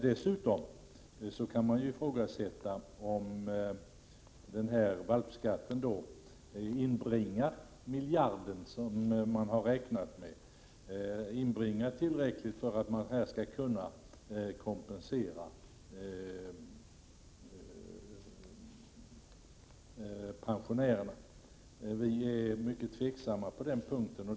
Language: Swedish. Dessutom kan man ju ifrågasätta om den s.k. valpskatten inbringar den miljard som man har räknat med. Har den inbringat tillräckligt för att man skall kunna kompensera pensionärerna? Vi ställer oss mycket tvivlande till detta.